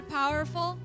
powerful